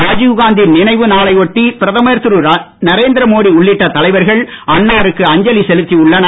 ராஜீவ் காந்தி நினைவு நாளை ஒட்டி பிரதமர் திரு நரேந்திரமோடி உள்ளிட்ட தலைவர்கள் அன்னாருக்கு அஞ்சலி செலுத்தி உள்ளனர்